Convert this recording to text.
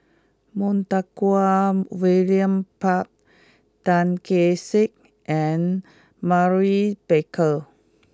Montague William Pett Tan Kee Sek and Maurice Baker